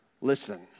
listen